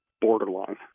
borderline